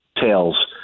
tails